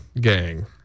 Gang